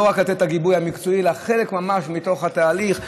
לא רק לתת את הגיבוי המקצועי אלא חלק ממש בתוך התהליך,